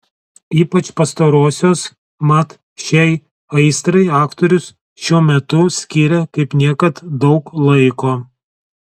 ypač pastarosios mat šiai aistrai aktorius šiuo metu skiria kaip niekad daug laiko